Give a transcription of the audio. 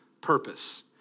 purpose